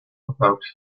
about